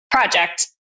project